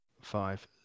five